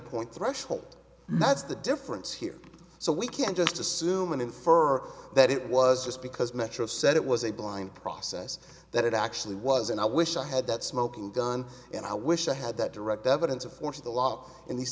point threshold that's the difference here so we can't just assume an infer that it was just because metro said it was a blind process that it actually was and i wish i had that smoking gun and i wish i had that direct evidence of course the law in these